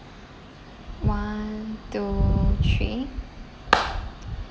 one two three